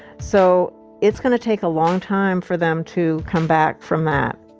so it's gonna take a long time for them to come back from that.